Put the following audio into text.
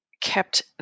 kept